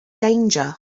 danger